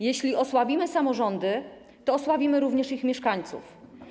Jeśli osłabimy samorządy, to osłabimy również mieszkańców.